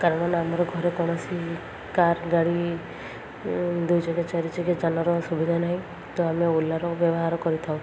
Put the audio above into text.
କାରଣ ଆମର ଘରେ କୌଣସି କାର୍ ଗାଡ଼ି ଦୁଇ ଚକ ଚାରି ଚକିଆ ଯାନର ସୁବିଧା ନାହିଁ ତ ଆମେ ଓଲାର ବ୍ୟବହାର କରିଥାଉ